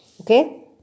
okay